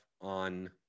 on